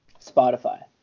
Spotify